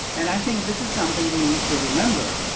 and i think this is something we need to remember,